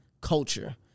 culture